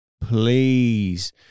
Please